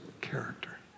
character